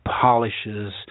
polishes